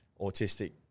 autistic